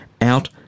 out